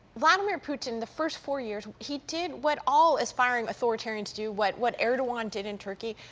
vladimir putin, the first four years, he did what all aspiring authoritarians do, what what erdogan did in turkey,